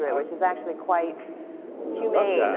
yeah which is actually quite humane,